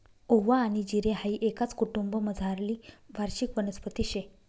ओवा आनी जिरे हाई एकाच कुटुंबमझारली वार्षिक वनस्पती शे